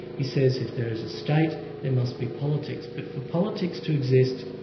he says if there is a state, there must be politics. but for politics to exist,